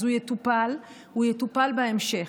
אז הוא יטופל, הוא יטופל בהמשך.